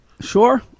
sure